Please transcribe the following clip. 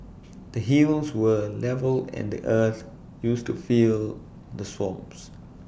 the hills were levelled and the earth used to fill the swamps